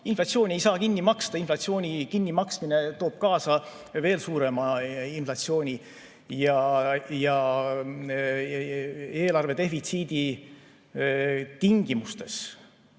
Inflatsiooni ei saa kinni maksta. Inflatsiooni kinnimaksmine toob kaasa veel suurema inflatsiooni. Ja eelarvedefitsiidi tingimustes